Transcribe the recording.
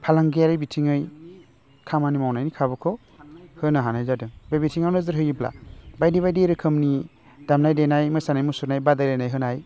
फालांगियारि बिथिङै खामानि मावनायनि खाबुखौ होनो हानाय जादों बे बिथिङाव नोजोर होयोब्ला बायदि बायदि रोखोमनि दामनाय देनाय मोसानाय मुसुरनाय बादायलायनाय होनाय